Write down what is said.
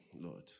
Lord